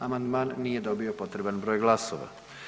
Amandman nije dobio potreban broj glasova.